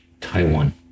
Taiwan